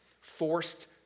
forced